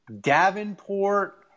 Davenport